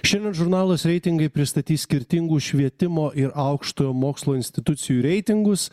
šiandien žurnalas reitingai pristatys skirtingų švietimo ir aukštojo mokslo institucijų reitingus